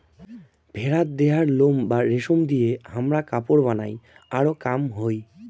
ভেড়ার দেহার লোম বা রেশম দিয়ে হামরা কাপড় বানাই আরো কাম হই